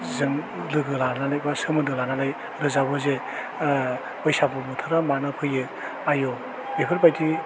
जों लोगो लानानै बा सोमोन्दो लानानै रोजाबो जे ओह बैसागु बोथोरा मानो फैयो आय' बेफोर बायदि